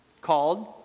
called